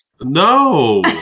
No